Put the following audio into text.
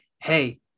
Hey